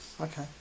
Okay